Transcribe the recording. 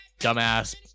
dumbass